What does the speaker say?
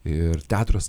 ir teatras